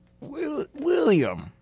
William